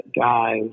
guys